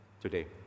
today